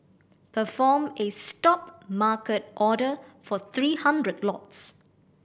perform a stop market order for three hundred lots